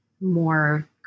more